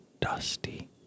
dusty